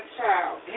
child